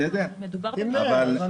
אבל